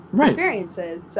experiences